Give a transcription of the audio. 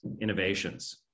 innovations